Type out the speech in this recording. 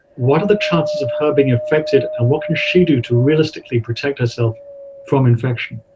what are the chances of her being infected? and what can she do to realistically protect herself from infection?